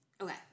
Okay